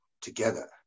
together